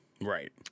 right